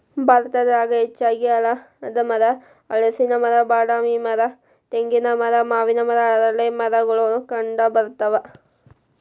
ಭಾರತದಾಗ ಹೆಚ್ಚಾಗಿ ಆಲದಮರ, ಹಲಸಿನ ಮರ, ಬಾದಾಮಿ ಮರ, ತೆಂಗಿನ ಮರ, ಮಾವಿನ ಮರ, ಅರಳೇಮರಗಳು ಕಂಡಬರ್ತಾವ